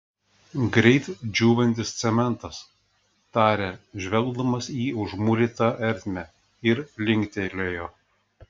greit džiūvantis cementas tarė žvelgdamas į užmūrytą ertmę ir linktelėjo